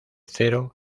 cero